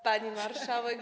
Pani Marszałek!